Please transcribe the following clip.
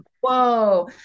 Whoa